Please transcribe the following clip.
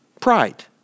Pride